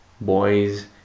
boys